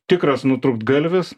tikras nutrūktgalvis